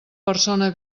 persona